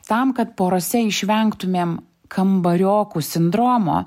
tam kad porose išvengtumėm kambariokų sindromo